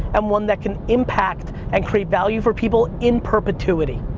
and one that can impact and create value for people in perpetuity.